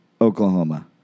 Oklahoma